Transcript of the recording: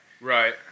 Right